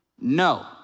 No